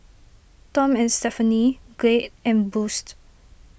Tom and Stephanie Glade and Boost